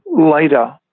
later